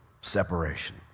separation